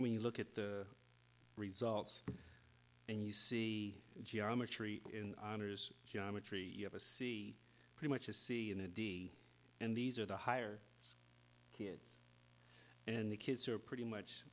when you look at the results and you see geometry in honors geometry you have a c pretty much a c and d and these are the higher kids and the kids are pretty much